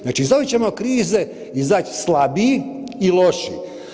Znači iz ove ćemo krize izaći slabiji i lošiji.